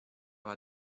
war